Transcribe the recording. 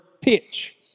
pitch